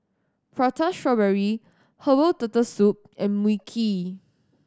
Prata Strawberry herbal Turtle Soup and Mui Kee